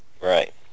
right